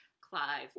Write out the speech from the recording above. Clive